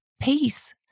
peace